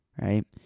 right